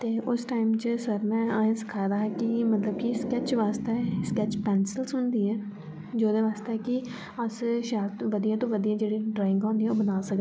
ते उस टाइम च सर ने अहें गी सखाए दा हा कि मतलब कि स्केच वास्तै स्केच पेन्सिल्स होंदी ऐ जोह्दे वास्तै कि अस शैल बधिया तों बधिया जेह्ड़ियां ड्राइंग होंदियां ओह् बना सकने आं